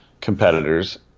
competitors